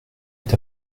est